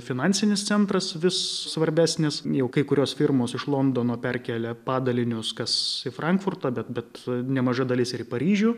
finansinis centras vis svarbesnis jau kai kurios firmos iš londono perkelia padalinius kas į frankfurtą bet bet nemaža dalis ir į paryžių